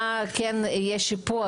מה כן יהיה שיפוי.